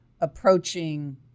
approaching